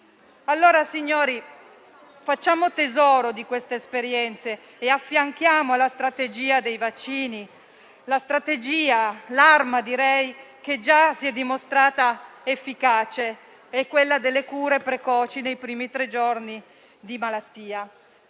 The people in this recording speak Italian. Allora, signori, facciamo tesoro di queste esperienze e affianchiamo alla strategia dei vaccini la strategia (l'arma, direi) che già si è dimostrata efficace, quella delle cure precoci nei primi tre giorni di malattia.